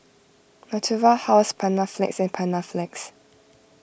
Natura House Panaflex and Panaflex